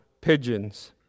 pigeons